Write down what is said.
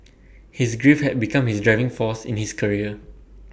his grief had become his driving force in his career